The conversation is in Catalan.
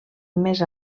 més